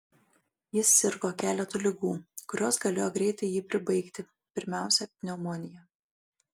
jis sirgo keletu ligų kurios galėjo greitai jį pribaigti pirmiausia pneumonija